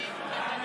המסדרת